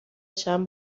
چند